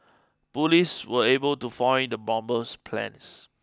police were able to foil the bomber's plans